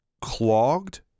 clogged